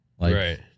Right